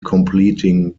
completing